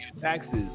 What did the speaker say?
taxes